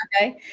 Okay